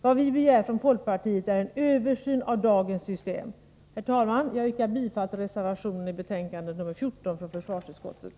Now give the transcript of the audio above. Vad vi begär från folkpartiet är en översyn av dagens system. Herr talman! Jag yrkar bifall till reservationen i betänkande 14 från försvarsutskottet.